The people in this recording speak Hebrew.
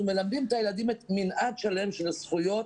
אנחנו מלמדים את הילדים מנעד שלהם של זכויות,